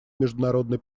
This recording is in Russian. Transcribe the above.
международной